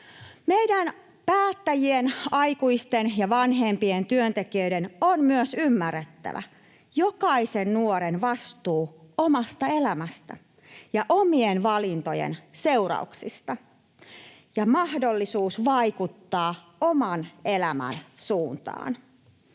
Meidän päättäjien, aikuisten ja vanhempien työntekijöiden on myös ymmärrettävä jokaisen nuoren vastuu omasta elämästään ja omien valintojensa seurauksista ja mahdollisuus vaikuttaa oman elämänsä suuntaan.